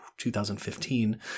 2015